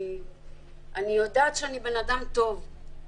אני יודעת שאני בן אדם טוב,